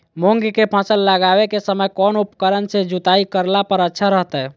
मूंग के फसल लगावे के समय कौन उपकरण से जुताई करला पर अच्छा रहतय?